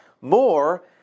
more